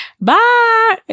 bye